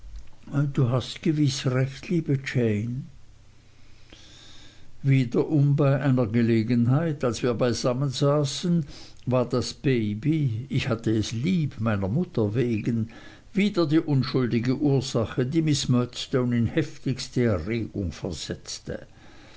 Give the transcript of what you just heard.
du hast gewiß recht liebe jane wiederum bei einer gelegenheit als wir beisammen saßen war das baby ich hatte es lieb meiner mutter wegen wieder die unschuldige ursache die miß murdstone in heftigste erregung versetzte